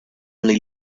only